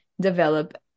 develop